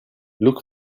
look